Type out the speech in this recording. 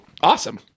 awesome